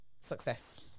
success